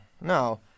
no